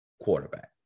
quarterback